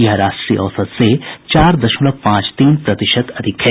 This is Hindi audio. यह राष्ट्रीय औसत से चार दशमलव पांच तीन प्रतिशत अधिक है